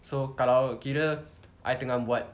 so kalau kira I tengah buat